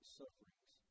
sufferings